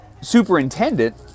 superintendent